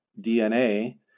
DNA